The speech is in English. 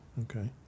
Okay